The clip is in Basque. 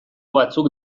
batzuk